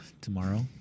Tomorrow